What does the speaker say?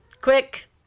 quick